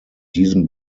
diesem